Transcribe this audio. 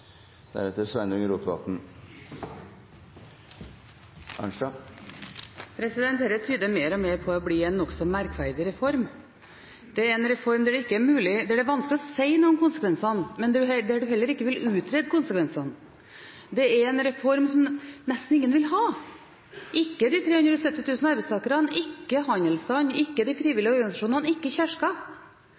en reform der det er vanskelig å si noe om konsekvensene, men der en heller ikke vil utrede konsekvensene. Det er en reform som nesten ingen vil ha – ikke de 370 000 arbeidstakerne, ikke handelsstanden, ikke de frivillige organisasjonene, ikke